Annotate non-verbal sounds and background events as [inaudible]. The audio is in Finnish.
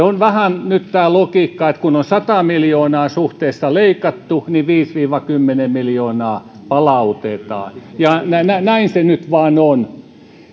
[unintelligible] on nyt vähän tämä että kun on suhteessa sata miljoonaa leikattu niin viisi viiva kymmenen miljoonaa palautetaan näin se nyt vain on